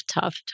tough